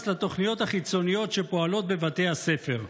לתוכניות החיצוניות שפועלות בבתי הספר.